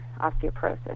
osteoporosis